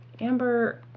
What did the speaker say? Amber